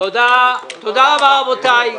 תודה רבה, רבותיי.